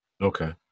Okay